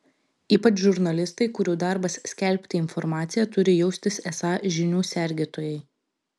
ypač žurnalistai kurių darbas skelbti informaciją turi jaustis esą žinių sergėtojai